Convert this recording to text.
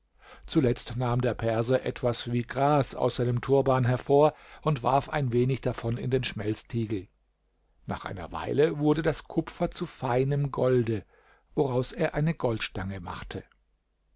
zuletzt nahm der perser etwas wie gras aus seinem turban hervor und warf ein wenig davon in den schmelztiegel nach einer weile wurde das kupfer zu feinem golde woraus er eine goldstange machte